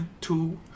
Two